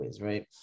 right